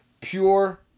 pure